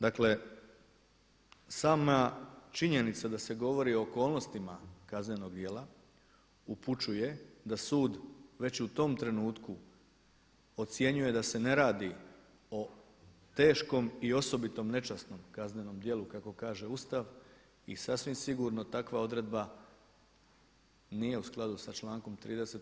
Dakle, sama činjenica da se govori o okolnostima kaznenog djela upućuje da sud već i u tom trenutku ocjenjuje da se ne radi o teškom i osobitom nečasnom kaznenom djelu kako kaže Ustav i sasvim sigurno takva odredba nije u skladu sa člankom 30.